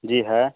जी है